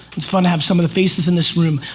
it's fun to have some of the faces in this room.